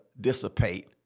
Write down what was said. dissipate